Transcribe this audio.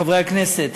חברי הכנסת,